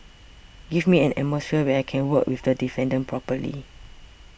give me an atmosphere where I can work with the defendant properly